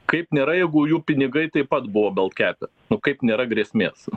kaip nėra jeigu jų pinigai taip pat buvo baltkepe nu kaip nėra grėsmės